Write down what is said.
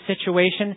situation